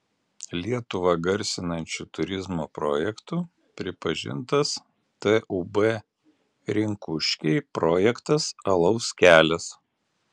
lietuvą garsinančiu turizmo projektu pripažintas tūb rinkuškiai projektas alaus kelias